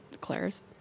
Claire's